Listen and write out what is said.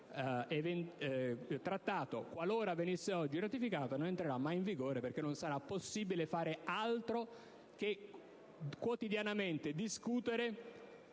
Accordo, qualora venisse oggi ratificato, non diventeranno mai operative, perché non sarà possibile fare altro che quotidianamente discutere